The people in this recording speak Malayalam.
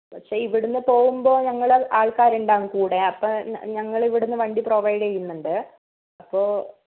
പക്ഷേ ഇവിടുന്ന് പോവുമ്പോൾ ഞങ്ങളെ ആൾക്കാർ ഉണ്ടാവും കൂടെ അപ്പോൾ ഞങ്ങൾ ഇവിടുന്ന് വണ്ടി പ്രൊവൈഡ് ചെയ്യുന്നുണ്ട് അപ്പോൾ